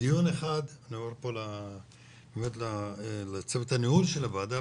אני אומר לצוות הניהול של הוועדה,